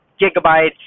gigabytes